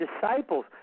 disciples